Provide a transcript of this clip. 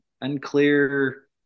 unclear